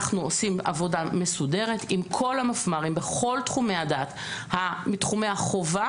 אנחנו עושים עבודה מסודרת עם כל המפמ"רים מתחומי החובה